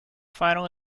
final